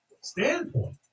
standpoint